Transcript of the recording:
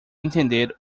entender